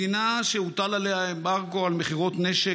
מדינה שהוטל עליה אמברגו על מכירות נשק